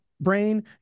brain